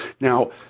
Now